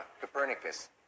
Copernicus